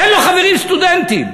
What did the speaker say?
אין לו חברים סטודנטים.